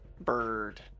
bird